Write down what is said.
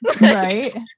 right